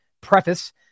preface